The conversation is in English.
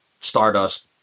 Stardust